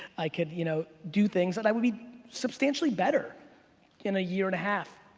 i could you know do things and i would be substantially better in a year and a half.